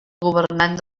governant